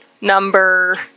number